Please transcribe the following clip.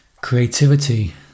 creativity